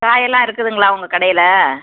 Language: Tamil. காயெல்லாம் இருக்குதுங்களா உங்கள் கடையில்